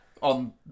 on